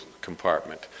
compartment